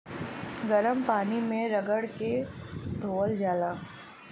गरम पानी मे रगड़ के धोअल जाला